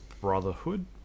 Brotherhood